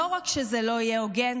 לא רק שזה לא יהיה הוגן,